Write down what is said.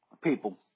People